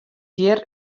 hjir